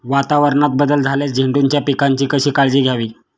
वातावरणात बदल झाल्यास झेंडूच्या पिकाची कशी काळजी घ्यावी?